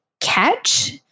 catch